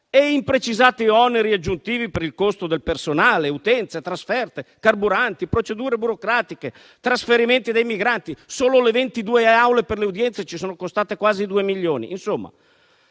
e imprecisati oneri aggiuntivi per il costo del personale, utenze, trasferte, carburante, procedure burocratiche e trasferimenti dei migranti. Solo le 22 aule per le udienze ci sono costate quasi due milioni. Tenete